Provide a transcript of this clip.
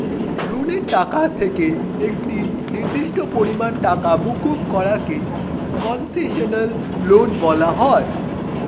লোনের টাকা থেকে একটি নির্দিষ্ট পরিমাণ টাকা মুকুব করা কে কন্সেশনাল লোন বলা হয়